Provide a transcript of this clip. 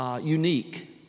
Unique